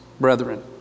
brethren